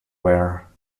wear